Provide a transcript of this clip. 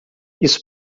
isso